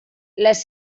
les